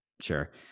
sure